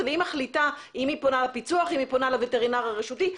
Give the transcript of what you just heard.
והיא תחליט האם היא פונה לפיצו"ח או לווטרינר הרשותי.